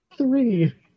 Three